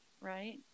right